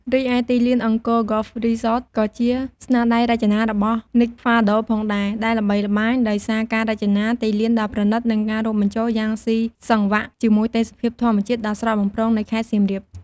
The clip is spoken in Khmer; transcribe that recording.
រីឯទីលាន Angkor Golf Resort ក៏ជាស្នាដៃរចនារបស់ Nick Faldo ផងដែរ ដែលល្បីល្បាញដោយសារការរចនាទីលានដ៏ប្រណីត និងការរួមបញ្ចូលយ៉ាងស៊ីសង្វាក់ជាមួយទេសភាពធម្មជាតិដ៏ស្រស់បំព្រងនៃខេត្តសៀមរាប។